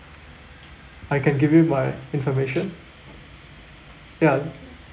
I can give you my information ya